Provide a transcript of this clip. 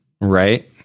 right